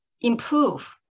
improve